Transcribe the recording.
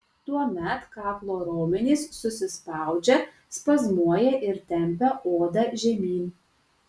tuomet kaklo raumenys susispaudžia spazmuoja ir tempia odą žemyn